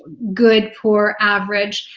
good, poor, average,